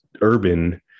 urban